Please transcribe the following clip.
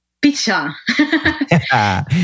Pizza